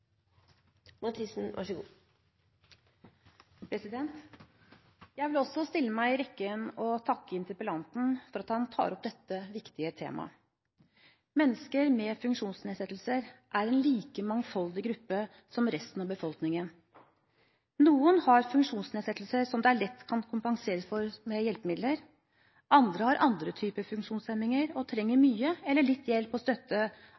på arbeidsmarkedstiltak. Så jeg håper ministeren tar med seg sine tidligere forslag fra sin tid i opposisjon inn i innspurten av budsjettforhandlingene, og finner plass til noen sårt tiltrengte, gode arbeidslivstiltak for dem med nedsatt arbeidsevne. Jeg vil også stille meg i rekken og takke interpellanten for at han tar opp dette viktige temaet. Mennesker med funksjonsnedsettelser er en like mangfoldig gruppe som resten av befolkningen. Noen har